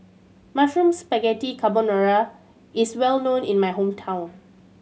Mushroom Spaghetti Carbonara is well known in my hometown